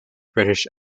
british